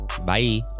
Bye